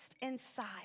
inside